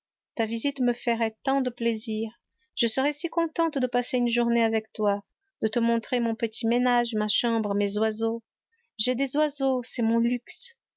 ta visite me ferait tant de plaisir je serais si contente de passer une journée avec toi de te montrer mon petit ménage ma chambre mes oiseaux j'ai des oiseaux c'est mon luxe